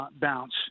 bounce